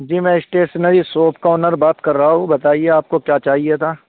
جی میں stationery shop کا owner بات کر رہا ہوں بتائیے آپ کو کیا چاہیے تھا